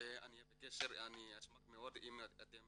ואשמח מאוד אם אתם